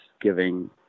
giving